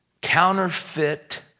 counterfeit